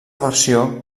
versió